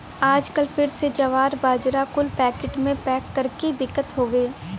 आजकल फिर से जवार, बाजरा कुल पैकिट मे पैक कर के बिकत हउए